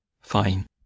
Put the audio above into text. Fine